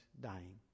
dying